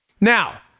Now